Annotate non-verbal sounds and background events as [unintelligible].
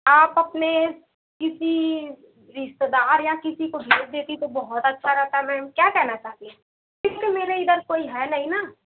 आप अपने किसी रिश्तेदार या किसी को भेज देती तो बहुत अच्छा रहता मैम क्या कहना चाहती है [unintelligible] मेरे इधर कोई है नहीं ना